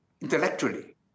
intellectually